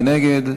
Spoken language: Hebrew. מי נגד?